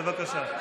בבקשה.